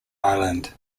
island